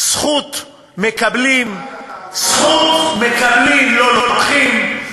זכות מקבלים, זכות מקבלים, לא לוקחים.